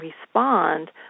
respond